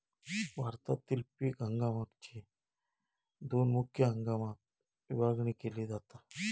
भारतातील पीक हंगामाकची दोन मुख्य हंगामात विभागणी केली जाता